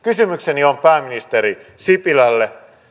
kysymykseni on pääministeri sipilälle